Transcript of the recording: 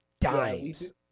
dimes